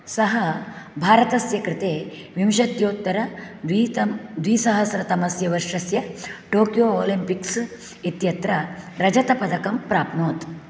सः भारतस्य कृते विंशत्युत्तर द्वीतम् द्विसहस्रतमस्य वर्षस्य टोक्यो ओलिम्पिक्स् इत्यत्र रजतपदकं प्राप्नोत्